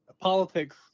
Politics